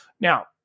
Now